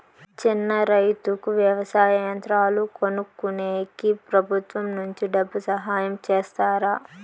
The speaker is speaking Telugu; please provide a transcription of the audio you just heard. చిన్న రైతుకు వ్యవసాయ యంత్రాలు కొనుక్కునేకి ప్రభుత్వం నుంచి డబ్బు సహాయం చేస్తారా?